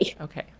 Okay